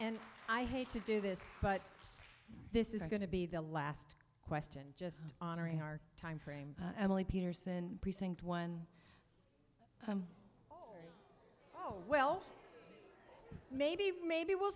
and i hate to do this but this is going to be the last question just honoring our time frame and only peterson precinct one zero well maybe maybe we'll